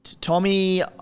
Tommy